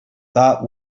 that